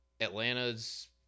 Atlanta's